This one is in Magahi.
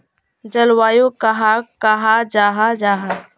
जलवायु कहाक कहाँ जाहा जाहा?